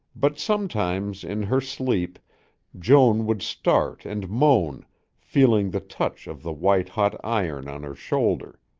but sometimes in her sleep joan would start and moan feeling the touch of the white-hot iron on her shoulder.